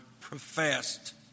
professed